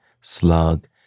Slug